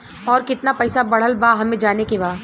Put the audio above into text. और कितना पैसा बढ़ल बा हमे जाने के बा?